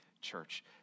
church